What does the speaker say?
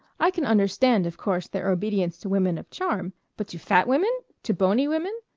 i can understand, of course, their obedience to women of charm but to fat women? to bony women?